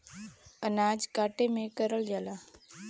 अनाज काटे में करल जाला